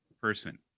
person